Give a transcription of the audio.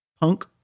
punk